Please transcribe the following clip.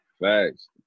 Facts